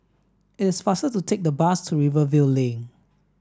it is faster to take the bus to Rivervale Link